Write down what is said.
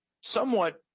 somewhat